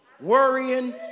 worrying